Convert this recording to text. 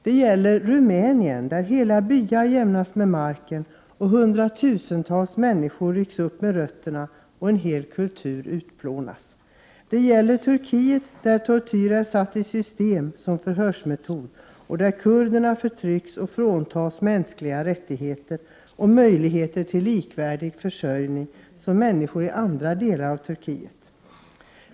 Det gäller Rumänien, där hela byar jämnas med marken och hundratusentals människor rycks upp med rötterna samt en hel kultur utplånas. Det gäller Turkiet, där tortyr är satt i system som förhörsmetod och där kurderna förtrycks samt fråntas mänskliga rättigheter och möjligheter till samma försörjning som människor i andra delar av landet.